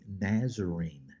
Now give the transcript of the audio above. Nazarene